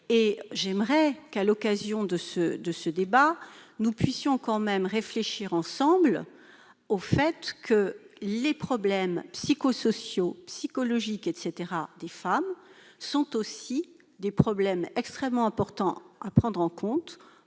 dit. J'aimerais qu'à l'occasion de ce débat nous puissions réfléchir ensemble au fait que les problèmes psychosociaux, psychologiques et autres des femmes sont aussi des problèmes extrêmement importants à prendre en compte